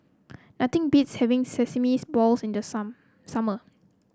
nothing beats having Sesame Balls in the sum summer